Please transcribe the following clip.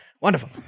Wonderful